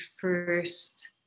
first